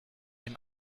dem